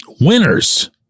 winners